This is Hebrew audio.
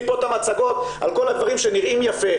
פה את המצגות על כל הדברים שנראים יפה,